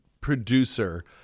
producer